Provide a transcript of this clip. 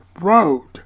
road